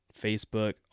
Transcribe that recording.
Facebook